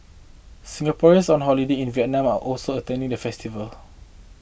Singaporeans on holiday in Vietnam are also attended the festival